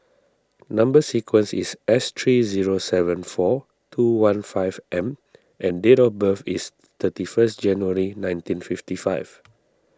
Number Sequence is S three zero seven four two one five M and date of birth is thirty first January nineteen fifty five